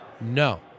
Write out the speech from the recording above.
No